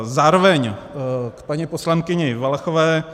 Zároveň k paní poslankyni Valachové.